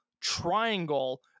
triangle